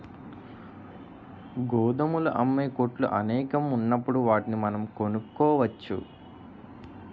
గోధుమలు అమ్మే కొట్లు అనేకం ఉన్నప్పుడు వాటిని మనం కొనుక్కోవచ్చు